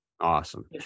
Awesome